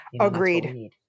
Agreed